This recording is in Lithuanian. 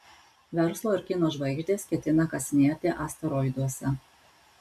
verslo ir kino žvaigždės ketina kasinėti asteroiduose